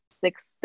success